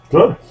Good